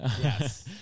Yes